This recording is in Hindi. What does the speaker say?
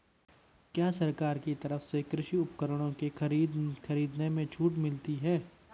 क्या सरकार की तरफ से कृषि उपकरणों के खरीदने में छूट मिलती है?